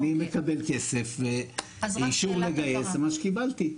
אני מקבל כסף ואישור לגייס, זה מה שקיבלתי.